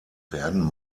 werden